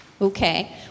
Okay